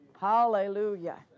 Hallelujah